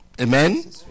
Amen